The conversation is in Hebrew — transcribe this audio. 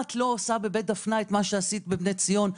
את לא עושה בבית דפנה מה שעשית בבני ציון,